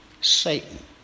Satan